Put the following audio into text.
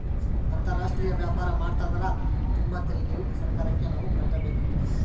ಅಂತಾರಾಷ್ಟ್ರೀಯ ವ್ಯಾಪಾರ ಮಾಡ್ತದರ ತುಂಬ ತೆರಿಗೆಯು ಸರ್ಕಾರಕ್ಕೆ ನಾವು ಕಟ್ಟಬೇಕಾಗುತ್ತದೆ